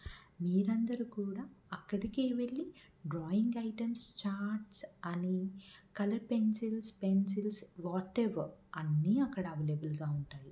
మీరు అందరు కూడా అక్కడికి వెళ్ళి డ్రాయింగ్ ఐటమ్స్ ఛార్ట్స్ అని కలర్ పెన్సిల్స్ పెన్సిల్స్ వాట్ఎవర్ అన్నీ అక్కడ అవైలబుల్గా ఉంటాయి